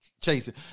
Chasing